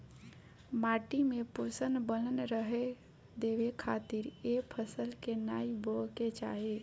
माटी में पोषण बनल रहे देवे खातिर ए फसल के नाइ बोए के चाही